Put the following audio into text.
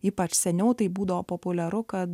ypač seniau tai būdavo populiaru kad